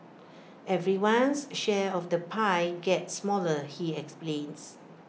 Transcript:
everyone's share of the pie gets smaller he explains